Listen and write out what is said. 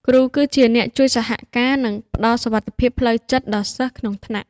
គ្រូគឺជាអ្នកជួយសហការនិងផ្តល់សុវត្ថិភាពផ្លូវចិត្តដល់សិស្សក្នុងថ្នាក់។